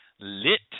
lit